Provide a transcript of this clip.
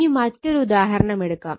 ഇനി മറ്റൊരു ഉദാഹരണം എടുക്കാം